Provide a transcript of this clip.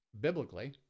biblically